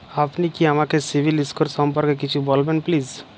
আপনি কি আমাকে সিবিল স্কোর সম্পর্কে কিছু বলবেন প্লিজ?